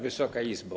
Wysoka Izbo!